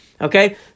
Okay